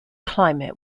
climate